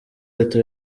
leta